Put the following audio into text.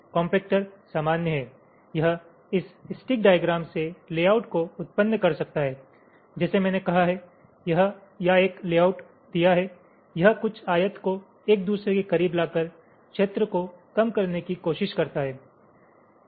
compactor सामान्य है यह इस स्टिक डाईग्राम से लेआउट को उत्पन्न कर सकता है जैसे मैंने कहा है या एक लेआउट दिया है यह कुछ आयत को एक दूसरे के करीब लाकर क्षेत्र को कम करने की कोशिश करता है